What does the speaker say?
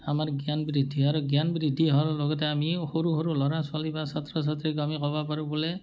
আমাৰ জ্ঞান বৃদ্ধি হয় আৰু জ্ঞান বৃদ্ধি হোৱাৰ লগতে আমি সৰু সৰু ল'ৰা ছোৱালী বা ছাত্ৰ ছাত্ৰীক আমি ক'ব পাৰো বোলে